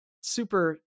super